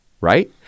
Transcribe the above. Right